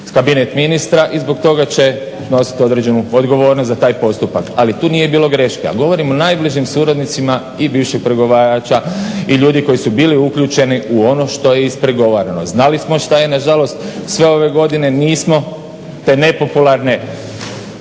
kabinet ministra. I zbog toga će nositi određenu odgovornost za taj postupak. Ali tu nije bilo greške, a govorim o najbližim suradnicima i bivših pregovarača i ljudi koji su bili uključeni u ono što je ispregovarano. Znali smo šta je nažalost, sve ove godine nismo te nepopularne